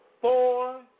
four